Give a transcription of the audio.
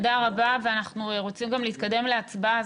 אנחנו רוצים גם להתקדם להצבעה.